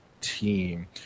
team